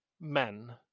men